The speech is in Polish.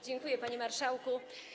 Dziękuję, panie marszałku.